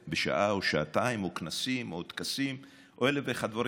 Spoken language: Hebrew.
בשעה או שעתיים או כנסים או טקסים או אלף ואחד דברים,